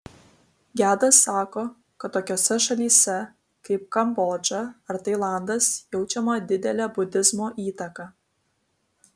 gedas sako kad tokiose šalyse kaip kambodža ar tailandas jaučiama didelė budizmo įtaka